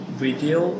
video